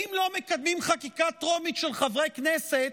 ואם לא מקדמים חקיקה טרומית של חברי כנסת,